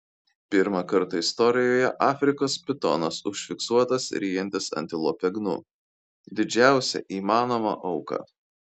pirmą kartą istorijoje afrikos pitonas užfiksuotas ryjantis antilopę gnu didžiausią įmanomą auką